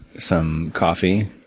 some coffee,